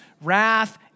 wrath